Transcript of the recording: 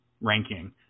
ranking